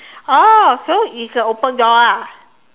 oh so it's a open door ah